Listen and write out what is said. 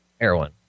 heroin